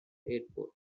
airport